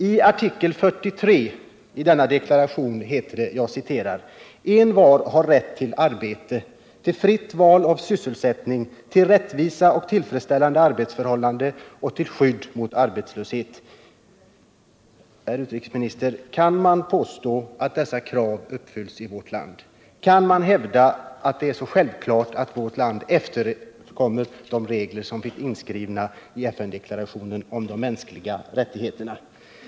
I artikel 43 i denna deklaration heter det: ”Envar har rätt till arbete, till fritt val av sysselsättning, till rättvisa och tillfredsställande arbetsförhållanden och till skydd mot arbetslöshet.” Kan man, herr utrikesminister, påstå att dessa krav uppfylls i vårt land? Kan man påstå att det är så självklart att vårt land efterkommer de regler som finns inskrivna i FN-deklarationen om de mänskliga rättigheterna?